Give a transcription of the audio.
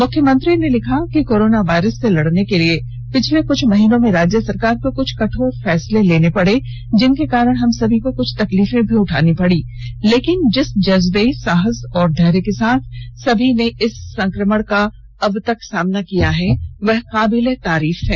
मुख्यमंत्री ने लिखा कि कोरोना वायरस से लड़ने के लिए पिछले कुछ महीनों में राज्य सरकार को कुछ कठोर फैसले लेने पड़े जिनके कारण हम सभी को कुछ तकलीफें भी उठानी पड़ी लेकिन जिस जज्बे साहस एवं धैर्य के साथ सभी ने इस संक्रमण का अब तक सामना किया है वह काबिले तारीफ है